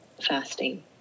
fasting